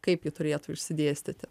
kaip ji turėtų išsidėstyti